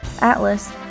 Atlas